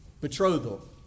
Betrothal